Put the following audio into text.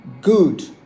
good